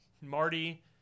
Marty